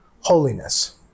holiness